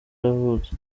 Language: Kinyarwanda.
yavutse